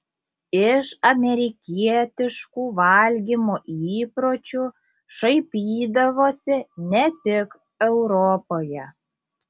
iš amerikietiškų valgymo įpročių šaipydavosi ne tik europoje